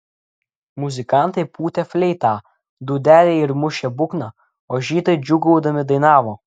muzikantai pūtė fleitą dūdelę ir mušė būgną o žydai džiūgaudami dainavo